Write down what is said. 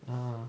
ah